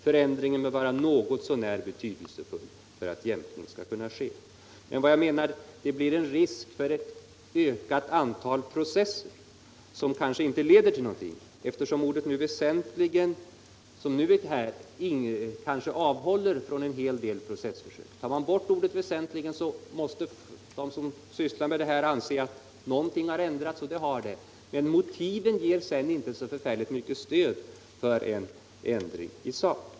Förändringen bör vara något så när betydelsefull för att jämkning skall kunna ske.” Jag menar dock att det blir risk för ett ökat antal processer som kanske inte leder till någonting. Ordet väsentligen avhåller kanske från en hel del processförsök. Tar man bort ordet måste de som sysslar med de här frågorna anse att någonting har ändrats, och det har det. Men motiven ger sedan inte så särskilt mycket stöd för en ändring i sak.